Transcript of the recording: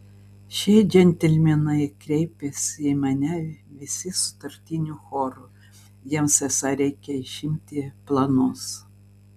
šie džentelmenai kreipėsi į mane visi sutartiniu choru jiems esą reikia išimti planus